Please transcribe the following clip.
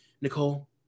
Nicole